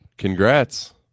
Congrats